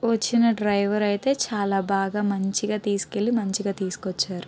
వచ్చిన డ్రైవర్ అయితే చాలా బాగా మంచిగా తీసుకెళ్ళి మంచిగా తీసుకొచ్చారు